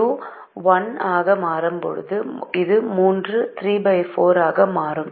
X2 1ஆக மாறும்போது இது 3 34 ஆக மாறும்